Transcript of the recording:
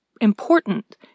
important